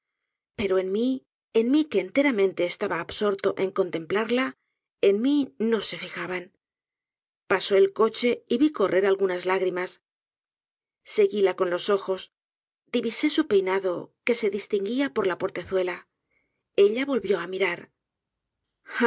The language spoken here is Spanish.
pero en mi en mí que enteramente estaba absorto en contemplarla en mi no se fijaban pasó el coche y vi correr algunas lágrimas seguíla con los ojos divisé su peinado que se distinguía por la portezuela ella volvió á mirar